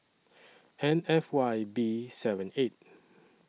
N F Y B seven eight